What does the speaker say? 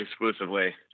exclusively